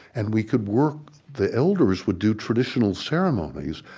and we could work the elders would do traditional ceremonies,